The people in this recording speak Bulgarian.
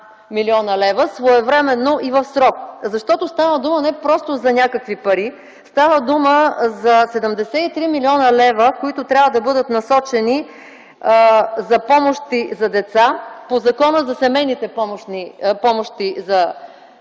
млн. лв., своевременно и в срок? Защото става дума не просто за някакви пари, а за 73 млн. лв., които трябва да бъдат насочени за помощи за деца по Закона за семейните помощи за деца,